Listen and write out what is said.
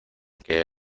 que